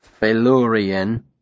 Felurian